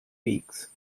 weeks